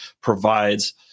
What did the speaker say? provides